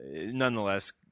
nonetheless